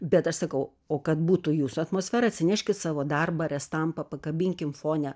bet aš sakau o kad būtų jūsų atmosfera atsineškit savo darbą ar estampą pakabinkim fone